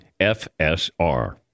FSR